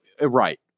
Right